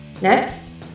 Next